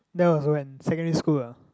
that was when secondary school ah